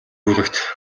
бүлэгт